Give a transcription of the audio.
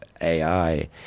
AI